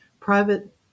private